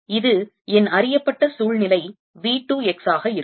இது என் அறியப்பட்ட சூழ்நிலை V 2 x ஆக இருக்கும்